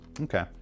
Okay